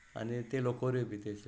आनी ती लोगोऱ्यो बी तेसल्यो